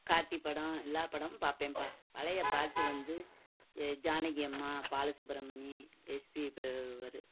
கார்த்தி படம் எல்லார் படமும் பார்ப்பேன்ப்பா பழைய பாட்டு வந்து எ ஜானகி அம்மா பாலசுப்பிரமணி எஸ்பிபி அவரு